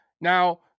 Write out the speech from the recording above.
Now